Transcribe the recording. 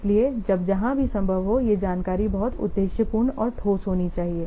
इसलिए अब जहां भी संभव हो यह जानकारी बहुत उद्देश्यपूर्ण और ठोस होनी चाहिए